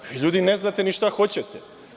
Vi ljudi ne znate ni šta hoćete.